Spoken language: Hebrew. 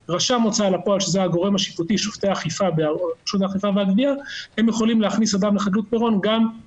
יש שם ריבית גבוהה, להליכי האכיפה אין שום מגבלה